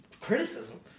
criticism